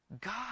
God